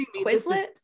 Quizlet